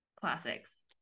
classics